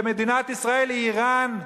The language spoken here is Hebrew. שמדינת ישראל היא אירן,